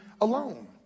alone